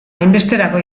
hainbesterako